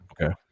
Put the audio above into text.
Okay